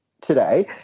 today